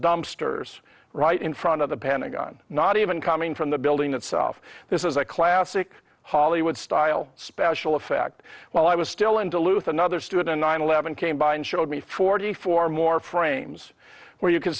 dumpsters right in front of the pentagon not even coming from the building itself this is a classic hollywood style special effect while i was still in duluth another student nine eleven came by and showed me forty four more frames where you can